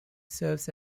serves